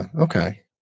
okay